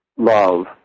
love